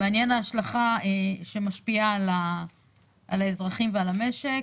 מעניינת ההשלכה שמשפיעה על האזרחים ועל המשק.